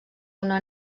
una